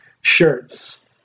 shirts